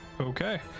Okay